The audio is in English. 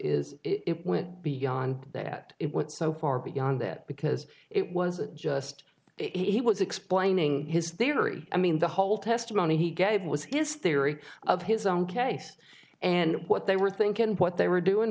is beyond that so far beyond it because it was just he was explaining his theory i mean the whole testimony he gave was his theory of his own case and what they were thinking what they were doing